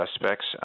suspects